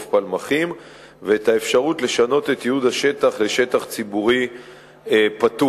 פלמחים ואת האפשרות לשנות את ייעוד השטח לשטח ציבורי פתוח.